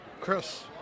Chris